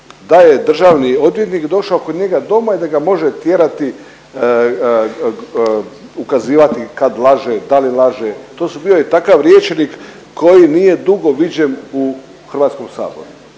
Da je državni odvjetnik došao kod njega doma i da ga može tjerati, ukazivati kad laže, da li laže. Bio je takav rječnik koji nije dugo viđen u Hrvatskom saboru.